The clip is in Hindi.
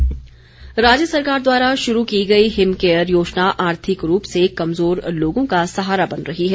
हिम केयर राज्य सरकार द्वारा शुरू की गई हिम केयर योजना आर्थिक रूप से कमजोर लोगों का सहारा बन रही है